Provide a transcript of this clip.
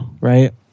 right